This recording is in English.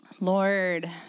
Lord